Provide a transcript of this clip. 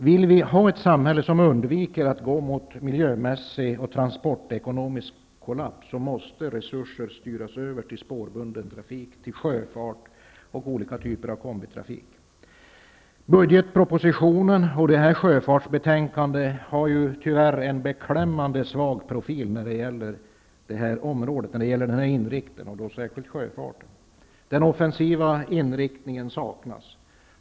Vill vi ha ett samhälle som undviker att gå mot miljömässig och transportekonomisk kollaps, måste resurser styras över till spårbunden trafik, sjöfart och olika typer av kombitrafik. Budgetpropositionen och det här sjöfartsbetänkandet har tyvärr en beklämmande svag profil när det gäller den inriktningen, särskilt vad beträffar sjöfarten. Den offensiva inriktningen saknas.